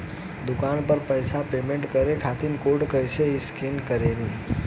दूकान पर पैसा पेमेंट करे खातिर कोड कैसे स्कैन करेम?